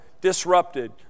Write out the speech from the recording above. disrupted